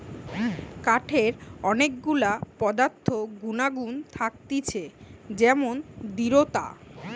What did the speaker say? কাঠের অনেক গুলা পদার্থ গুনাগুন থাকতিছে যেমন দৃঢ়তা